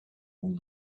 will